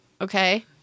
okay